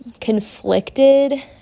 conflicted